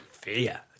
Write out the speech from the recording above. Fear